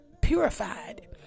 purified